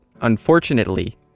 unfortunately